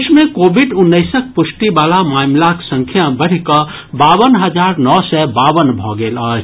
देश मे कोविड उन्नैसक प्रष्टि वला मामिलाक संख्या बढ़ि कऽ बावन हजार नओ सय बावन भऽ गेल अछि